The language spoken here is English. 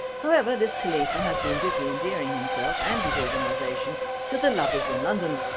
however this khalifa has been busy endearing himself and his organisation to the luvvies in london,